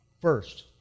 First